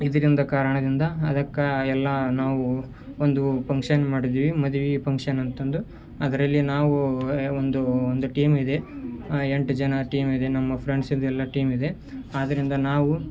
ಇದರಿಂದ ಕಾರಣದಿಂದ ಅದಕ್ಕೆ ಎಲ್ಲ ನಾವು ಒಂದು ಪಂಕ್ಷನ್ ಮಾಡಿದ್ದೀವಿ ಮದುವೆ ಫಂಕ್ಷನ್ ಅಂತಂದು ಅದರಲ್ಲಿ ನಾವು ಒಂದು ಒಂದು ಟೀಮ್ ಇದೆ ಎಂಟು ಜನ ಟೀಮ್ ಇದೆ ನಮ್ಮ ಫ್ರೆಂಡ್ಸಿದ್ದೆಲ್ಲ ಟೀಮ್ ಇದೆ ಆದ್ದರಿಂದ ನಾವು